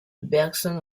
bergson